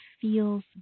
feels